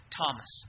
Thomas